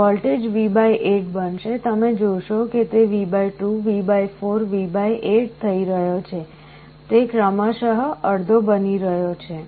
voltage V8 બનશે તમે જોશો કે તે V2 V4 V8 થઈ રહ્યો છે તે ક્રમશ અડધો બની રહ્યો છે